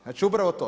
Znači upravo to.